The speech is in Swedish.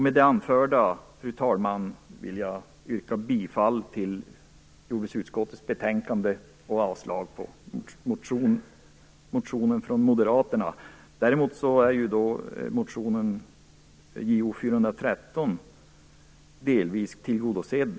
Med det anförda, fru talman, vill jag yrka bifall till utskottets hemställan i jordbruksutskottets betänkande och avslag på motionen från moderaterna.